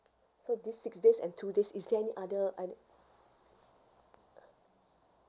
so these six days and two days is there any other other